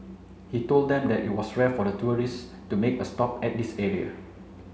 he told them that it was rare for the tourists to make a stop at this area